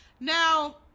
Now